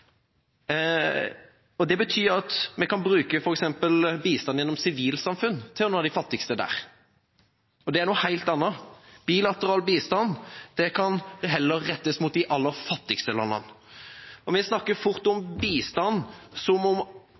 Det betyr at vi kan bruke bistand f.eks. gjennom sivilsamfunn for å nå de fattigste der. Det er noe helt annet. Bilateral bistand kan heller rettes mot de aller fattigste landene. Vi snakker fort om bistand som om